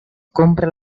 compra